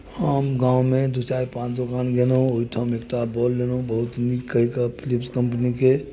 हम गाममे दू चारि पाँच दोकान गेलहुँ ओहिठाम एकटा बल्ब लेलहुँ बहुत नीक कहि कऽ फिलिप्स कंपनीके